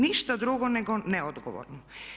Ništa drugo nego neodgovorno.